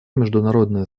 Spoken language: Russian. международное